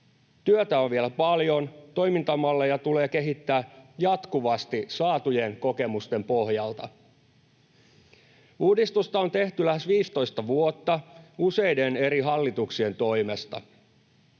Työtä on vielä paljon. Toimintamalleja tulee kehittää jatkuvasti saatujen kokemusten pohjalta. Uudistusta on tehty lähes 15 vuotta useiden eri hallituksien toimesta.